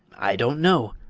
i don't know.